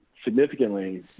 significantly